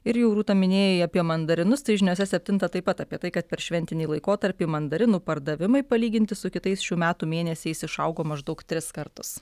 ir jau rūta minėjai apie mandarinus tai žiniose septintą taip pat apie tai kad per šventinį laikotarpį mandarinų pardavimai palyginti su kitais šių metų mėnesiais išaugo maždaug tris kartus